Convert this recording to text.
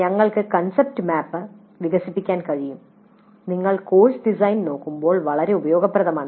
ഞങ്ങൾക്ക് concept map വികസിപ്പിക്കാൻ കഴിയും നിങ്ങൾ കോഴ്സ് ഡിസൈൻ നോക്കുമ്പോൾ വളരെ ഉപയോഗപ്രദമാണ്